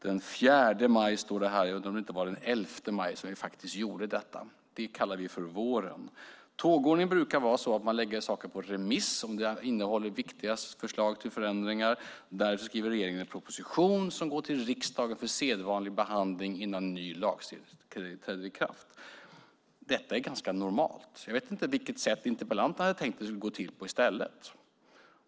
Den 4 maj står det här, men jag tror att det var den 11 maj som vi gjorde detta. Det kallar vi för våren. Tågordningen brukar vara sådan att man skickar saker på remiss om de innehåller viktiga förslag till förändringar. Därefter skriver regeringen en proposition som går till riksdagen för sedvanlig behandling innan en ny lag träder i kraft. Detta är ganska normalt. Jag vet inte vilket sätt interpellanten har tänkt att det ska gå till på i stället.